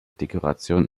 dekoration